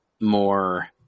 more